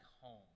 home